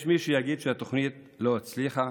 יש מי שיגיד שהתוכנית לא הצליחה,